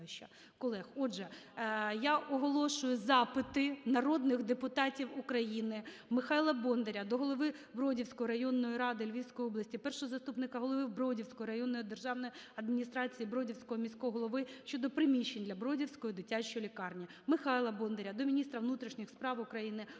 Отже, я оголошую запити народних депутатів України: Михайла Бондаря до голови Бродівської районної ради Львівської області, першого заступника голови Бродівської районної державної адміністрації, Бродівського міського голови щодо приміщень для Бродівської дитячої лікарні. Михайла Бондаря до міністра внутрішніх справ України, голови